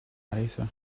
narrator